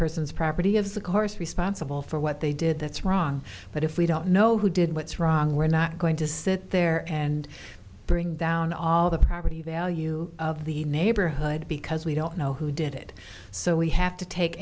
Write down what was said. person's property of the course responsible for what they did that's wrong but if we don't know who did what's wrong we're not going to sit there and bring down all the property value of the neighborhood because we don't know who did it so we have to take